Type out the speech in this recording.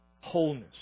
wholeness